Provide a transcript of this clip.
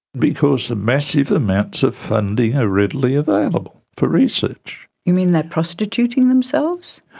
because massive amounts of funding are readily available for research. you mean they're prostituting themselves?